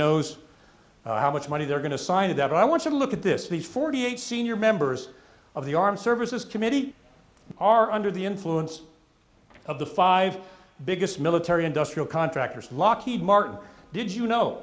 knows how much money they're going to sign of that i want you to look at this these forty eight senior members of the armed services committee are under the influence of the five biggest military industrial contractors lockheed martin did you know